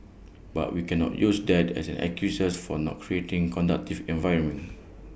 but we cannot use that as an excuse for not creating conducive environment